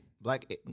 Black